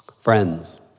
Friends